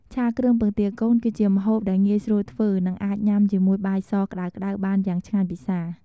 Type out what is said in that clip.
ឆាគ្រឿងពងទាកូន គឺជាម្ហូបដែលងាយស្រួលធ្វើ និងអាចញ៉ាំជាមួយបាយសក្តៅៗបានយ៉ាងឆ្ងាញ់ពិសា។